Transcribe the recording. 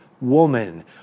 woman